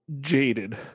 jaded